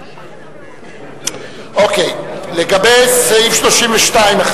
אוקיי, לגבי סעיף 32(1)